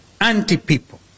anti-people